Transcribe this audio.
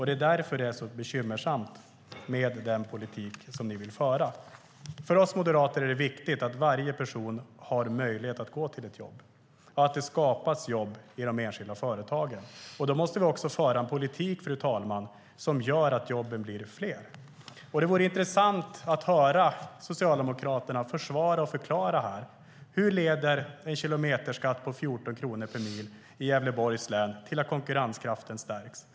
Det är därför det är så bekymmersamt med den politik ni vill föra. För oss moderater är det viktigt att varje person har möjlighet att gå till ett jobb och att det skapas jobb i de enskilda företagen. Då måste vi också föra en politik som gör att jobben blir fler, fru talman. Det vore intressant att höra Socialdemokraterna försvara och förklara hur en kilometerskatt på 14 kronor per mil leder till att konkurrenskraften stärks i Gävleborgs län.